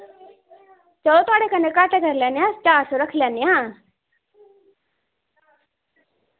चलो थोआड़े कन्नै घट्ट कर लैन्ने आं चार सौ रक्खी लैन्ने आं